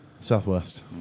Southwest